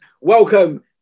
welcome